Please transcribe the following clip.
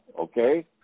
okay